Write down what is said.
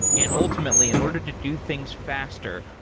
and ultimately, in order to do things faster,